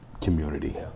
community